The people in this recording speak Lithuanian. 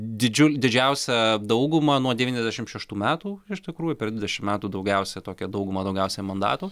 didžiul didžiausią daugumą nuo devyniasdešim šeštų metų iš tikrųjų per dvidešim metų daugiausia tokią daugumą daugiausia mandatų